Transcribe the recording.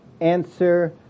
answer